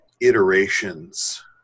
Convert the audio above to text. iterations